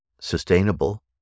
sustainable